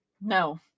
No